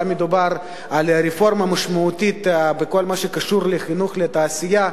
היה מדובר על רפורמה משמעותית בכל מה שקשור לחינוך לתעשייה.